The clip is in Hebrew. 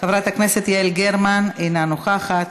חברת הכנסת יעל גרמן, אינה נוכחת,